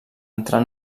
entrar